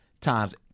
times